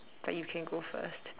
but you can go first